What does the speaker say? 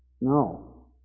No